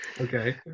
Okay